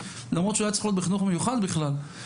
למרות שהוא היה צריך להיות בחינוך מיוחד בכלל.